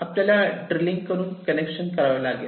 आपल्याला ड्रिलिंग करून कनेक्शन करावे लागते